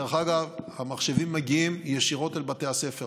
דרך אגב, המחשבים מגיעים ישירות אל בתי הספר